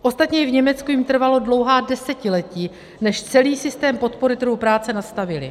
Ostatně v Německu jim trvalo dlouhá desetiletí, než celý systém podpory trhu práce nastavili.